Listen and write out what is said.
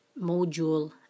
module